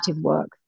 work